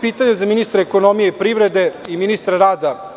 Pitanje za ministra ekonomije i privrede i ministra rada,